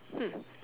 hmm